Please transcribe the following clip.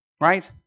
right